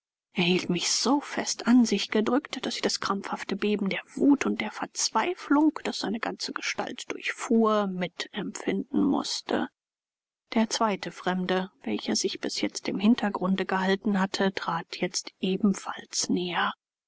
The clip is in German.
er hielt mich so fest an sich gedrückt daß ich das krampfhafte beben der wut und der verzweiflung das seine ganze gestalt durchfuhr mit empfinden mußte der zweite fremde welcher sich bis jetzt im hintergrunde gehalten hatte trat jetzt ebenfalls näher